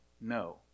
No